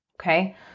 okay